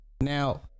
Now